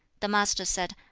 the master said,